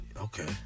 Okay